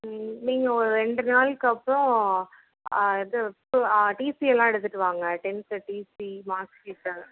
ம் நீங்கள் ஒரு ரெண்டு நாளுக்கு அப்புறம் இது டிசி எல்லாம் எடுத்துட்டு வாங்க டென்த்து டிசி மார்க் ஷீட்டு